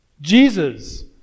Jesus